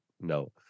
no